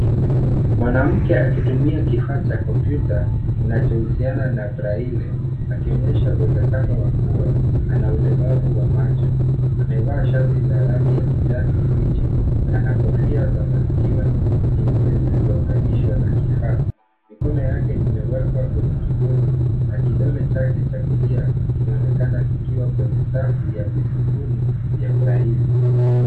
Mwanamke akitumia kifaa cha kompyuta kinachohusiana na braille akionyesha uwezekano wa kuwa ana ulemavu wa macho. Amevaa shati la rangi ya kijani kibichi na ana kofia za masikioni nyeupe zilizounganishwa na kifaa. Mikono yake imewekwa kwenye kibodi na kidole chake cha kulia kinaonekana kikiwa kwenye safu ya visukumo vya braille .